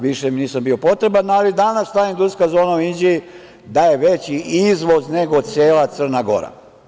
Više im nisam bio potreban, ali danas ta industrijska zona u Inđiji daje veći izvoz nego cela Crna Gora.